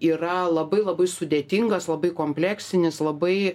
yra labai labai sudėtingas labai kompleksinis labai